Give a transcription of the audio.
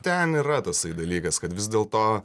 ten yra tosai dalykas kad vis dėl to